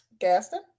gaston